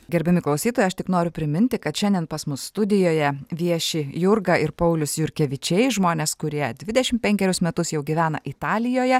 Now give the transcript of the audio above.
gerbiami klausytojai aš tik noriu priminti kad šiandien pas mus studijoje vieši jurga ir paulius jurkevičiai žmonės kurie dvidešimt penkerius metus jau gyvena italijoje